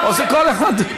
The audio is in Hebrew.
כל אחד.